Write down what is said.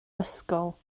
ysgol